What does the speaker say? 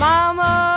Mama